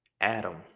Adam